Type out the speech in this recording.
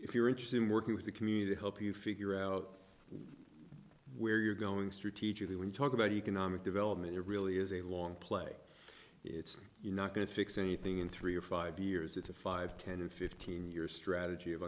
if you're interested in working with the community help you figure out where you're going strategically when you talk about economic development it really is a long play it's not going to fix anything in three or five years it's a five ten or fifteen year strategy of